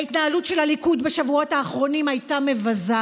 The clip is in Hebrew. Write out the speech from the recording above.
ההתנהלות של הליכוד בשבועות האחרונים הייתה מבזה.